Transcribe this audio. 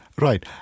Right